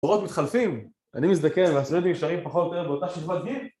עורות מתחלפים, אני מזדקן והשרידים יישארים פחות או יותר באותה שכבת גיל